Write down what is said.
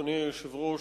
אדוני היושב-ראש,